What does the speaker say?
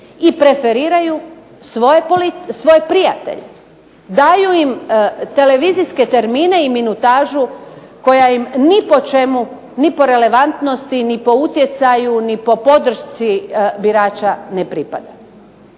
i preferiraju svoje prijatelje, daju im televizijske termine i minutažu koja im ni po čemu, ni po relevantnosti ni po utjecaju ni po podršci birača ne pripada.